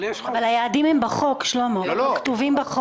אבל היעדים כתובים בחוק.